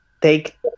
Take